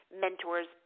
mentors